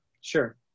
Sure